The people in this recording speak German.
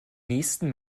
nächsten